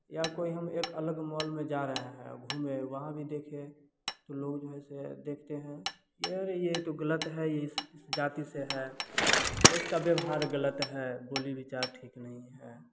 या कोई हम एक अलग माहौल में जा रहे हैं घूमें वहाँ भी देखिए तो लोग जो है ऐसे देखते हैं यह तो गलत है ये इस जाति से है इसका व्यवहार गलत है बोली विचार ठीक नहीं है